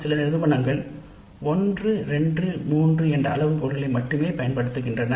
சில நிறுவனங்கள் 1 2 3 என்று அளவுகோல்களை மட்டுமே பயன்படுத்துகின்றன